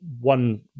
one